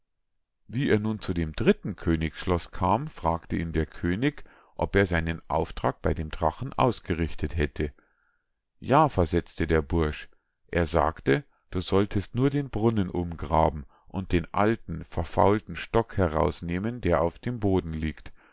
wie er nun zu dem dritten königsschloß kam fragte ihn der könig ob er seinen auftrag bei dem drachen ausgerichtet hätte ja versetzte der bursch er sagte du solltest nur den brunnen umgraben und den alten verfaulten stock herausnehmen der auf dem boden liegt